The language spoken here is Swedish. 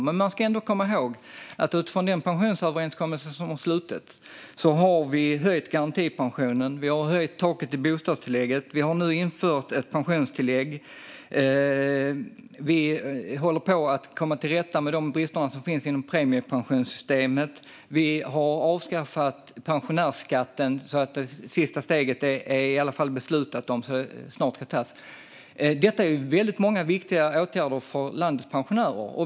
Men man ska ändå komma ihåg att utifrån den pensionsöverenskommelse som har slutits har vi höjt garantipensionen, och vi har höjt taket i bostadstillägget. Vi har nu infört ett pensionstillägg. Vi håller på att komma till rätta med bristerna inom premiepensionssystemet. Vi har avskaffat pensionärsskatten eller i alla fall beslutat om sista steget så att det snart ska antas. Detta är väldigt många viktiga åtgärder för landets pensionärer.